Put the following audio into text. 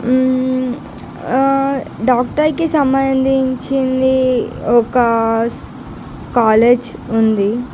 డాక్టర్కి సంబంధించినది ఒక కాలేజ్ ఉంది